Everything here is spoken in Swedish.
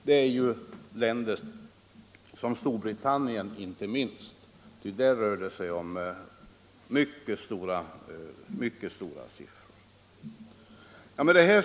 För Storbritanniens del rör sig handeln med Sydafrika om mycket stora summor.